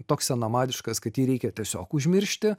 toks senamadiškas kad jį reikia tiesiog užmiršti